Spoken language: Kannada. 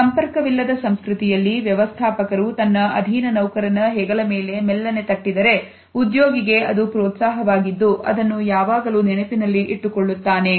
ಸಂಪರ್ಕವಿಲ್ಲದ ಸಂಸ್ಕೃತಿಯಲ್ಲಿ ವ್ಯವಸ್ಥಾಪಕರು ತನ್ನ ಅಧೀನ ನೌಕರನ ಹೆಗಲ ಮೇಲೆ ಮೆಲ್ಲನೆ ತಟ್ಟಿದರೆ ಉದ್ಯೋಗಿಗೆ ಅದು ಪ್ರೋತ್ಸಾಹವಾಗಿದ್ದು ಅದನ್ನು ಯಾವಾಗಲೂ ನೆನಪಿನಲ್ಲಿ ಇಟ್ಟುಕೊಳ್ಳುತ್ತಾನೆ